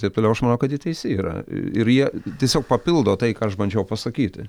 ir taip toliau aš manau kad ji teisi yra ir jie tiesiog papildo tai ką aš bandžiau pasakyti